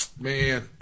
Man